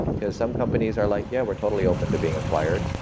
cause some companies are like, yeah, we're totally open to being acquired,